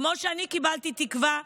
כמו שאני קיבלתי תקווה,